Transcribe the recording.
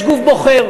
יש גוף בוחר,